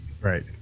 Right